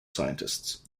scientists